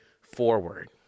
forward